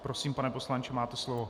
Prosím, pane poslanče, máte slovo.